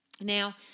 Now